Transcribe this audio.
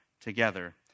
together